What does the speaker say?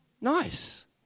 Nice